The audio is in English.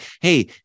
hey